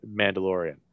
mandalorian